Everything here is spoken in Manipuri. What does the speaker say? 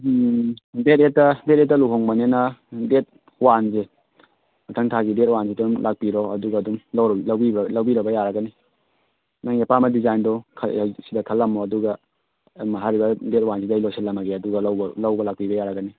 ꯎꯝ ꯗꯦꯗ ꯑꯩꯠꯇ ꯗꯦꯗ ꯑꯩꯠꯇ ꯂꯨꯍꯣꯡꯕꯅꯤꯅ ꯗꯦꯗ ꯋꯥꯟꯁꯦ ꯃꯊꯪ ꯊꯥꯒꯤ ꯗꯦꯗ ꯋꯥꯟꯁꯤꯗ ꯑꯗꯨꯝ ꯂꯥꯛꯄꯤꯔꯣ ꯑꯗꯨꯒ ꯑꯗꯨꯝ ꯂꯧꯕꯤꯔꯕ ꯌꯥꯔꯒꯅꯤ ꯅꯪꯒꯤ ꯑꯄꯥꯝꯕ ꯗꯦꯖꯥꯏꯟꯗꯣ ꯁꯤꯗ ꯈꯜꯂꯝꯃꯣ ꯑꯗꯨꯒ ꯑꯗꯨꯝ ꯍꯥꯏꯔꯤꯕ ꯗꯦꯗ ꯋꯥꯟꯁꯤꯗ ꯑꯩ ꯂꯣꯏꯁꯤꯜꯂꯝꯃꯒꯦ ꯑꯗꯨꯒ ꯂꯧꯕ ꯂꯥꯛꯄꯤꯕ ꯌꯥꯔꯒꯅꯤ